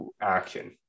action